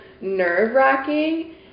nerve-wracking